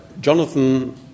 Jonathan